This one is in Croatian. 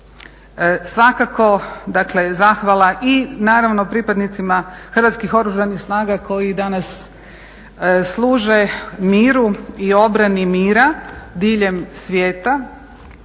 Svakako dakle zahvala i naravno pripadnicima Hrvatskih Oružanih snaga koji i danas služe miru i obrani mira diljem svijeta.